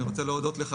אני רוצה להודות לך